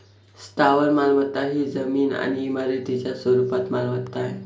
स्थावर मालमत्ता ही जमीन आणि इमारतींच्या स्वरूपात मालमत्ता आहे